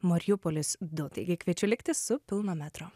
mariupolis du taigi kviečiu likti su pilno metro